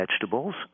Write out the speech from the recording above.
vegetables